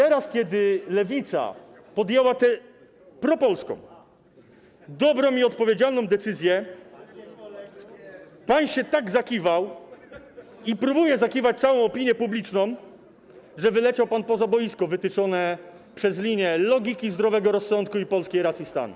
I teraz, kiedy Lewica podjęła tę propolską, dobrą i odpowiedzialną decyzję, pan się tak zakiwał i próbuje zakiwać całą opinię publiczną, że wyleciał pan poza boisko wytyczone przez linię logiki, zdrowego rozsądku i polskiej racji stanu.